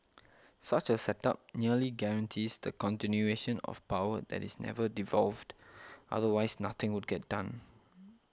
such a setup nearly guarantees the continuation of power that is never devolved otherwise nothing would get done